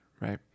right